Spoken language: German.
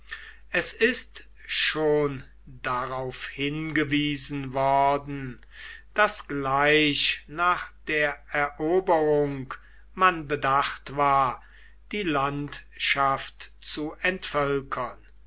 es ist schon darauf hingewiesen worden daß gleich nach der eroberung man bedacht war die landschaft zu entvölkern